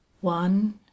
one